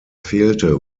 fehlte